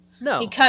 No